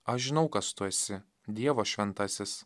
aš žinau kas tu esi dievo šventasis